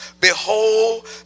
Behold